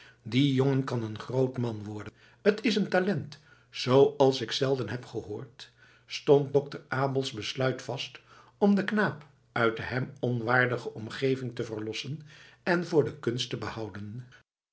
die jongen kan een groot man worden t is een talent zooals ik zelden heb gehoord stond dokter abels besluit vast om den knaap uit de hem onwaardige omgeving te verlossen en voor de kunst te behouden